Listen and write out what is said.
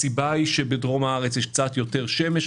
הסיבה היא שבדרום הארץ יש קצת יותר שמש,